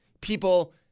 People